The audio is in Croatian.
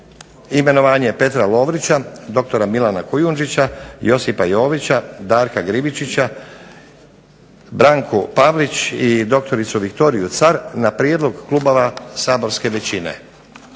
imenovanje Petra Lovrića, doktora Milana Kujundžića, Josipa Jovića, Darka Gribičića, Branku Pavlić i doktoricu Viktoriju Car na prijedlog klubova saborske većine